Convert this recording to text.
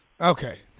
Okay